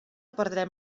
perdrem